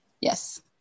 Yes